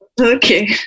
Okay